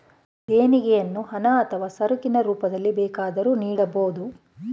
ದೇಣಿಗೆಯನ್ನು ಹಣ ಅಥವಾ ಸರಕಿನ ರೂಪದಲ್ಲಿ ಬೇಕಾದರೂ ನೀಡಬೋದು